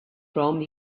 from